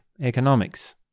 economics